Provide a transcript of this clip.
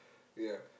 ya